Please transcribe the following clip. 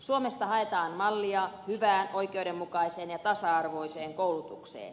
suomesta haetaan mallia hyvään oikeudenmukaiseen ja tasa arvoiseen koulutukseen